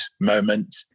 moment